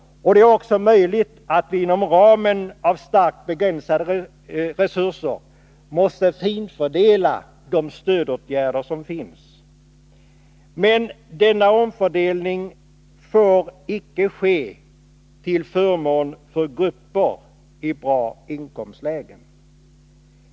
Det är också möjligt att man inom ramen för starkt begränsade resurser måste finfördela de stödåtgärder som finns. Men denna omfördelning får icke ske till förmån för grupper i bra inkomstlägen.